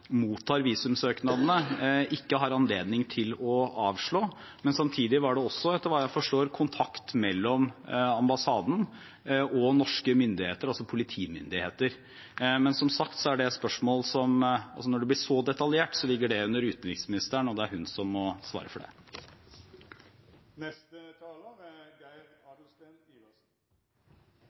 anledning til å avslå. Samtidig var det også, etter hva jeg forstår, kontakt mellom ambassaden og norske myndigheter, dvs. politimyndigheter. Men som sagt, når spørsmål blir så detaljerte, ligger det under utenriksministeren – det er hun som må svare for det.